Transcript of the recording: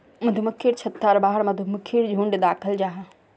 मधुमक्खिर छत्तार बाहर मधुमक्खीर झुण्ड दखाल जाहा